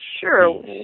sure